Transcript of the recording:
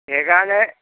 সেইকাৰণে